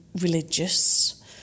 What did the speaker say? religious